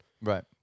Right